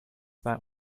that